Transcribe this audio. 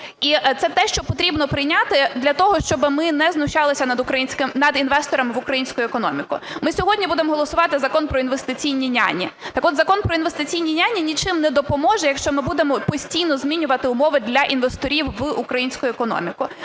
І це те, що потрібно прийняти для того, щоби ми не знущалися над інвесторами в українську економіку. Ми сьогодні будемо голосувати закон про "інвестиційні няні". Так от, закон про "інвестиційні няні" нічим не допоможе, якщо ми будемо постійно змінювати умови для інвесторів в українську економіку.